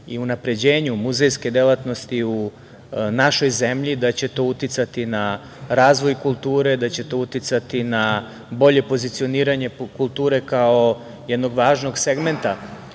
i unapređenju muzejske delatnosti, u našoj zemlji, da će to uticati na razvoj kulture, da će to uticati na bolje pozicioniranje kulture kao jednog važnog segmenta